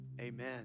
amen